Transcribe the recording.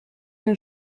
den